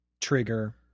trigger